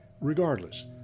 regardless